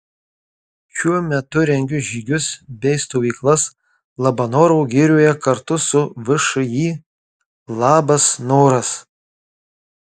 šiuo metu rengiu žygius bei stovyklas labanoro girioje kartu su všį labas noras